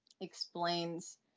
explains